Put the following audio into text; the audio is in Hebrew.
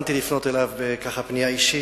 התכוונתי לפנות אליו פנייה אישית.